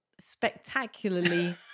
spectacularly